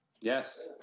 Yes